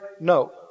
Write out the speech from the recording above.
No